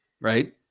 right